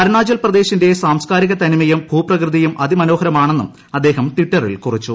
അരുണാചൽ പ്രദേശിന്റെ സാംസ്കാരിക തനിമയും ഭൂപ്രകൃതിയും അതിമനോഹരമാണെന്നും അദ്ദേഹം ടിറ്ററിൽ കുറിച്ചു